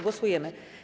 Głosujemy.